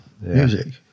music